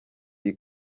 iyi